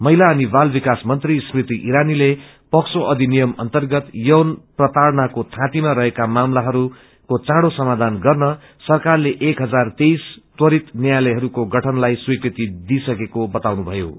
महिला अनि बालविकास मन्त्री स्मृति ईरानीले पोक्रसो अधिनियम अर्न्तगत यौन प्रताइनाको धाँतीमा रहेको मामलाहरूको चाँडो समाधान गर्न सरकारले एक इजार तैहिस त्वरित न्यायालयहरूको गठनलाई स्विकृति दिइसकेको बताउनुभएको छ